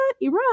Iran